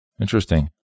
Interesting